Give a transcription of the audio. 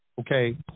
Okay